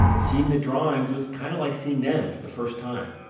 seeing the drawings was kind of like seeing them for the first time.